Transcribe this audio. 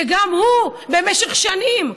שגם הוא במשך שנים,